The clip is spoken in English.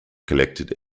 collected